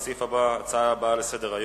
אנחנו עוברים להצעה הבאה לסדר-היום,